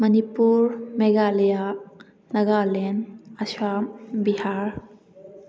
Manipur Meghalaya Nagaland Assam Bihar